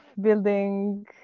building